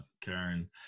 Karen